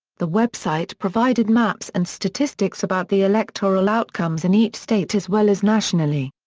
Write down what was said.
the website provided maps and statistics about the electoral outcomes in each state as well as nationally.